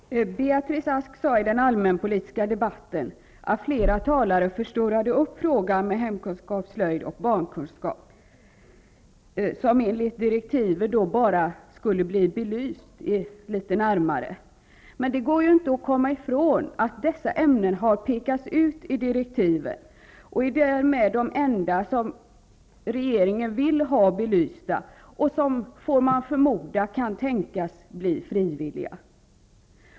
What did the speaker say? Herr talman! Beatrice Ask sade i den allmänpolitiska debatten att flera talare förstorade upp frågan om hemkunskap, slöjd och barnkunskap, enligt direktiven bara skulle bli litet närmare belyst. Men det går inte att komma ifrån att dessa ämnen har pekats ut i direktiven. De är därmed de enda som regeringen vill ha belysta och som -- får man förmoda -- kan tänkas bli frivilliga.